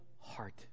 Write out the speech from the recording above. heart